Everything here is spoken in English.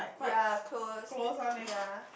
ya close ya